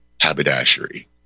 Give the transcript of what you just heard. haberdashery